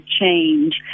change